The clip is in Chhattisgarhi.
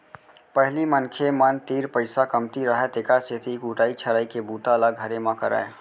पहिली मनखे मन तीर पइसा कमती रहय तेकर सेती कुटई छरई के बूता ल घरे म करयँ